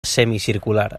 semicircular